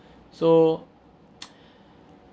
so